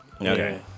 Okay